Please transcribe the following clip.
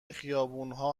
خیابونها